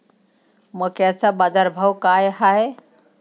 मक्याचा बाजारभाव काय हाय?